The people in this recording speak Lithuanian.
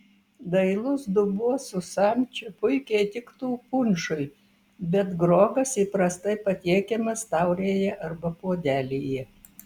dailus dubuo su samčiu puikiai tiktų punšui bet grogas įprastai patiekiamas taurėje arba puodelyje